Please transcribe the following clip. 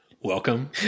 welcome